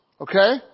Okay